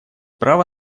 право